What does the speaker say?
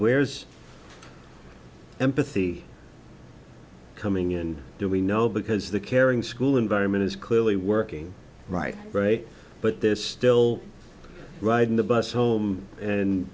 where's empathy coming in do we know because the caring school environment is clearly working right great but there's still riding the bus home and